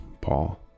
Paul